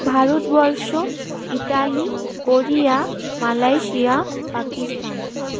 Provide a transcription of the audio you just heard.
Bharatvarsha Italy Korea Malaysia Pakistan